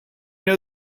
know